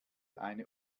eine